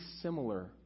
similar